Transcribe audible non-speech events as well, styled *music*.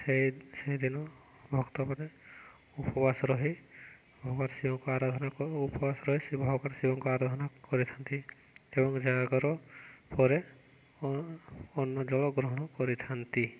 ସେଇ ସେଇଦିନ ଭକ୍ତମାନେ ଉପବାସ ରହି *unintelligible* ଶିବଙ୍କୁ ଆରାଧନା ଉପବାସ ରହି ସେ *unintelligible* ଶିବଙ୍କୁ ଆରାଧନା କରିଥାନ୍ତି ଏବଂ ଜାଗର ପରେ ଅନ୍ନ ଜଳ ଗ୍ରହଣ କରିଥାନ୍ତି